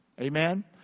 Amen